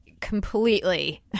completely